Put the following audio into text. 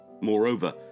Moreover